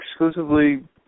exclusively